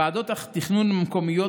ועדות התכנון המקומיות,